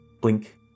Blink